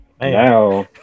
Now